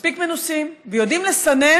מספיק מנוסים, ויודעים לסנן